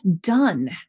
done